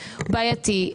בעייתי.